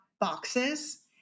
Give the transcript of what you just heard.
boxes